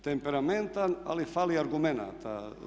Temperamentan ali fali argumenata.